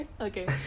Okay